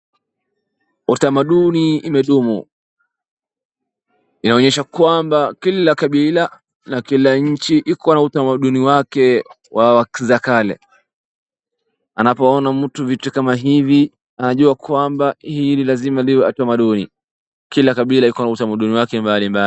Utamaduni imedumu yaonyesha kwamba kila kabila la nchi iko na utamduni wake za kale. Anapoona mtu vitu kama hivi anajua kwamba hii lazima liwe tamaduni, kila kabila iko na utamaduni wake mbali mbali.